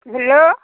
hello